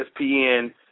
ESPN